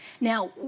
Now